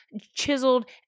chiseled